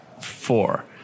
four